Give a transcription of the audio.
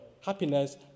happiness